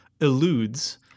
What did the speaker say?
eludes